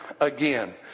again